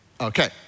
Okay